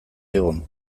zigun